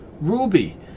Ruby